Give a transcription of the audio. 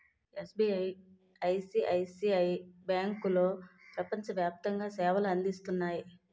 SBI, ICICI బ్యాంకులో ప్రపంచ వ్యాప్తంగా సేవలు అందిస్తున్నాయి